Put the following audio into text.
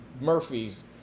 murphy's